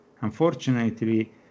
Unfortunately